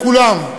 כולם.